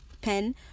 pen